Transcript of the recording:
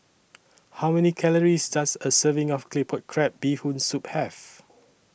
How Many Calories Does A Serving of Claypot Crab Bee Hoon Soup Have